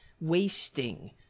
wasting